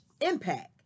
impact